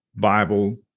Bible